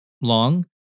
long